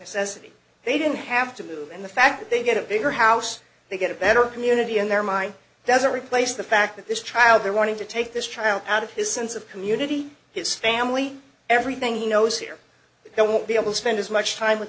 necessity they didn't have to move and the fact that they get a bigger house they get a better community in their mind doesn't replace the fact that this child they're wanting to take this child out of his sense of community his family everything he knows here it won't be able to spend as much time with